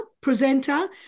presenter